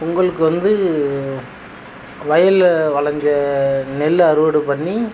பொங்கலுக்கு வந்து வயலில் விளஞ்ச நெல்லை அறுவடை பண்ணி